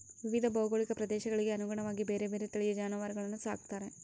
ವಿವಿಧ ಭೌಗೋಳಿಕ ಪ್ರದೇಶಗಳಿಗೆ ಅನುಗುಣವಾಗಿ ಬೇರೆ ಬೇರೆ ತಳಿಯ ಜಾನುವಾರುಗಳನ್ನು ಸಾಕ್ತಾರೆ